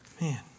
man